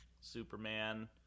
Superman